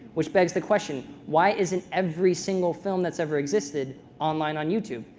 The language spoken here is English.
which begs the question, why isn't every single film that's ever existed online on youtube?